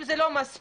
אם זה לא מספיק,